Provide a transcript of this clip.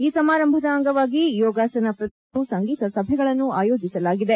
ಈ ಸಮಾರಂಭದ ಅಂಗವಾಗಿ ಯೋಗಾತನ ಪ್ರದರ್ಶನಗಳು ಮತ್ತು ಸಂಗೀತ ಸಭೆಗಳನ್ನು ಆಯೋಜಿಸಲಾಗಿದೆ